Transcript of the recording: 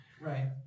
right